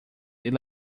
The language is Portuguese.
ele